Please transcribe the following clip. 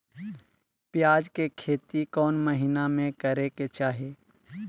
प्याज के खेती कौन महीना में करेके चाही?